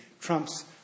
trumps